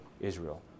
Israel